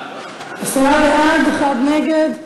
בעד, אחד נגד.